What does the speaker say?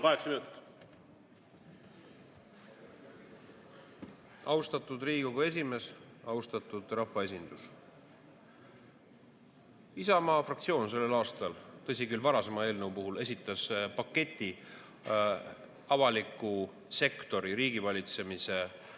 Austatud Riigikogu esimees! Austatud rahvaesindus! Isamaa fraktsioon sellel aastal – tõsi küll, varasema eelnõu puhul – esitas paketi avaliku sektori, riigivalitsemise